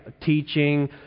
Teaching